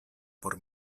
por